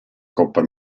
coppa